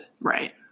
Right